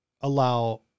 allow